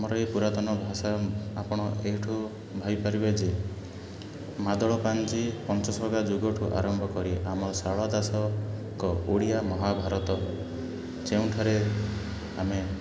ମୋର ଏଇ ପୁରାତନ ଭାଷା ଆପଣ ଏଇଠୁ ଭାଇପାରିବେ ଯେ ମାଦଳ ପାଞ୍ଜି ପଞ୍ଚସଖା ଯୁଗଠୁ ଆରମ୍ଭ କରି ଆମ ସାରଳା ଦାସଙ୍କ ଓଡ଼ିଆ ମହାଭାରତ ଯେଉଁଠାରେ ଆମେ